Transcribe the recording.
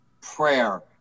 prayer